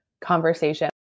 conversation